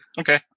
Okay